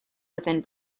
within